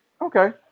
Okay